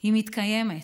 היא מתקיימת,